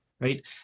Right